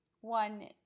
one